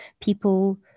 people